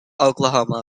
oklahoma